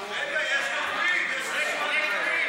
יש רשימת דוברים.